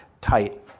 tight